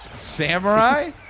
Samurai